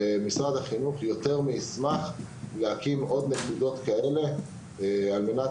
ומשרד החינוך ישמח להקים עוד נקודות כאלה על מנת